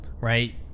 right